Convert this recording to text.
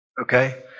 okay